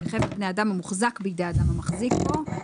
חבר בני אדם המוחזק בידי אדם המחזיק בו.